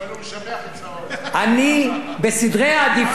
הוא משבח את שר